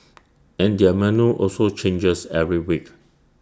and their menu also changes every week